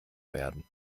werden